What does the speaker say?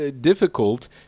difficult